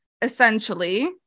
essentially